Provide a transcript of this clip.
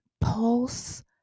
pulse